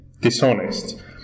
dishonest